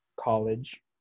college